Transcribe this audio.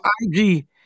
IG –